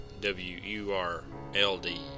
W-U-R-L-D